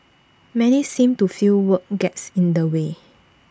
many seem to feel work gets in the way